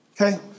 okay